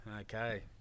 okay